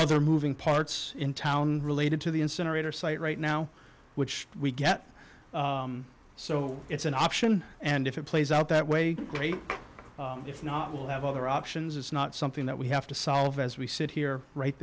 other moving parts in town related to the incinerator site right now which we get so it's an option and if it plays out that way great if not we'll have other options it's not something that we have to solve as we sit here right